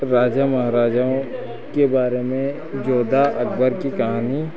राजा महाराजा के बारे में जोधा अकबर की कहानी